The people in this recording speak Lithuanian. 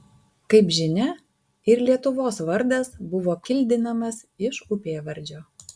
kaip žinia ir lietuvos vardas buvo kildinamas iš upėvardžio